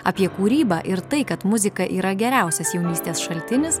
apie kūrybą ir tai kad muzika yra geriausias jaunystės šaltinis